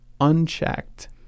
unchecked